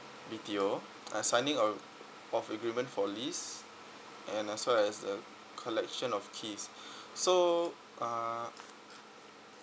B_T_O uh signing o~ of agreement for lease and as well as the collection of keys so uh